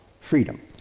freedom